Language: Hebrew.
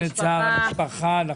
משתתפים בצער המשפחה, נכון מאוד.